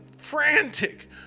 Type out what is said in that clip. Frantic